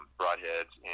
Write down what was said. broadheads